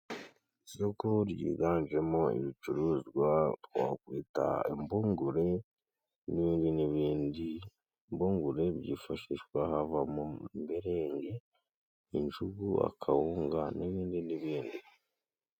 Isoko ryiganjemo, ibicuruzwa, wakwita impungure n'ibindi n'ibindi, impungure byifashishwa havamo, impungure injugu, akawunga n'ibindi n'ibindi.